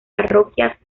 parroquias